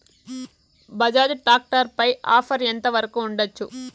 Bajaj tractor పై offer ఎంత వరకు ఉండచ్చు?